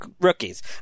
rookies